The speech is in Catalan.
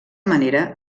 manera